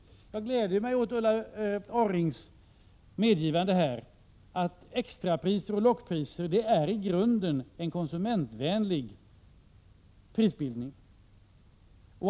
Jag gläder mig åt Ulla Orrings medgivande att extrapriser och lockpriser i grunden utgör en konsumentvänlig prisbildning.